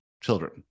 children